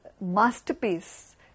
masterpiece